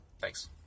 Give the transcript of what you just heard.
Thanks